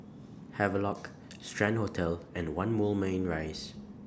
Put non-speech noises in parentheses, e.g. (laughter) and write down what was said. Havelock (noise) Strand Hotel and one Moulmein Rise